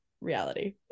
reality